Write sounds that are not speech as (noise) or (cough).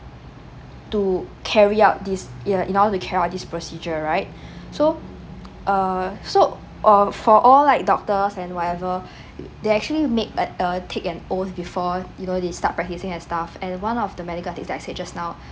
to carry out this in in order to carry out this procedure right (breath) so err so or for all like doctors and whatever (breath) they actually make an err take an oath before you know they start practicing and stuff and one of the medical ethics that I said just now